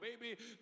baby